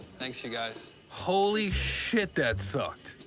thanks you guys. holy shit, that sucked.